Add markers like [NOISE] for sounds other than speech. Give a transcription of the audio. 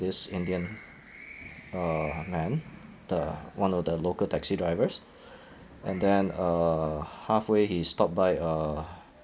this indian uh man the one of the local taxi drivers [BREATH] and then uh halfway he stopped by a